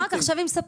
אחר כך תשב עם ספקים.